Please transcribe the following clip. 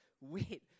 wait